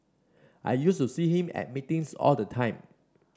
I used to see him at meetings all the time